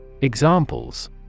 Examples